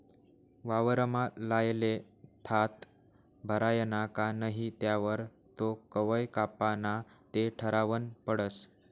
वावरमा लायेल भात भरायना का नही त्यावर तो कवय कापाना ते ठरावनं पडस